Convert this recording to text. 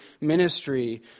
ministry